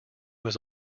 was